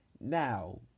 now